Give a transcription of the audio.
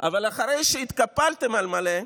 אבל אחרי שהתקפלתם על מלא,